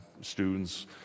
students